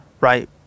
right